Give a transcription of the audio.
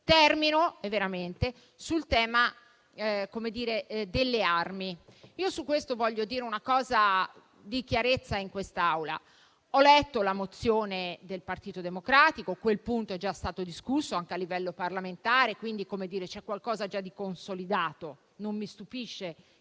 Termino sul tema delle armi. Al riguardo voglio dire una cosa di chiarezza in quest'Aula. Ho letto la mozione del Partito Democratico e quel punto è già stato discusso anche a livello parlamentare, quindi c'è qualcosa di già consolidato e non mi stupisce che